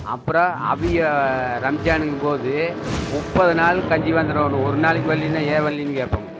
அப்புறம் அவக ரம்ஜானுக்கும் போது முப்பது நாள் கஞ்சி வந்துடனும் ஒரு நாளைக்கு வரைலீனா ஏன் வரைலீன்னு கேட்பேங்க